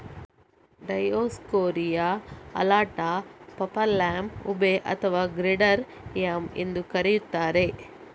Dioscorea alata, purple yam, ube ಅಥವಾ greater yam ಎಂದೂ ಕರೆಯುತ್ತಾರೆ